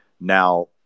Now